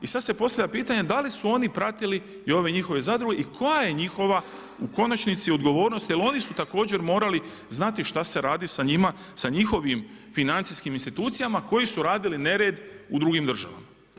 I sada se postavlja pitanje da li su oni pratili i ove njihove zadruge i koja je njihova u konačnici odgovornost jer oni su također morali znati šta se radi sa njima, sa njihovim financijskim institucijama koji su radili nered u drugim državama.